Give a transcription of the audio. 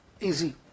easy